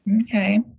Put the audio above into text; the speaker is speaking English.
okay